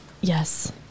yes